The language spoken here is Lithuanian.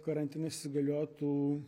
karantinas įsigaliotų